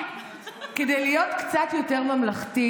כדי להיות קצת יותר ממלכתית,